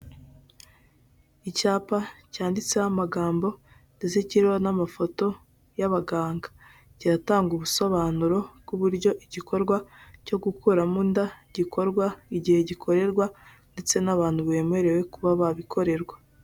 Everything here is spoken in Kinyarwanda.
Icyapa cyanditseho amagambo ndetse kiriho n'amafoto y'abaganga, kiratanga ubusobanuro bw'uburyo igikorwa cyo gukuramo inda gikorwa, igihe gikorerwa ndetse n'abantu bemerewe kuba babikorerwa.